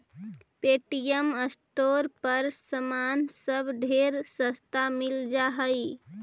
Paytm store पर समान सब ढेर सस्ता मिल जा हई